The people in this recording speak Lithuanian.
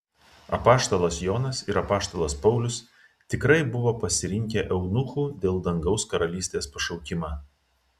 apaštalas jonas ir apaštalas paulius tikrai buvo pasirinkę eunuchų dėl dangaus karalystės pašaukimą